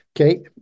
Okay